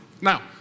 Now